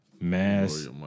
mass